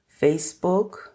Facebook